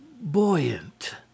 buoyant